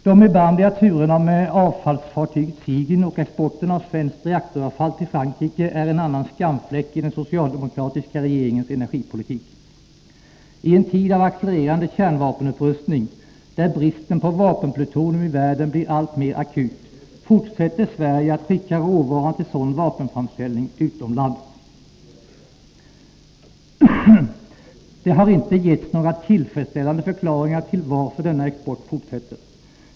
De erbarmliga turerna med avfallsfartyget Sigyn och exporten av svenskt reaktoravfall till Frankrike är en annan skamfläck i den socialdemokratiska regeringens energipolitik. I en tid av accelererande kärnvapenupprustning, där bristen på vapenplutonium i världen blir alltmer akut, fortsätter Sverige att skicka råvaran till sådan vapenframställning utomlands. Det har inte getts några tillfredsställande förklaringar till varför denna export fortsätter.